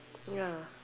ya